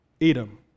Edom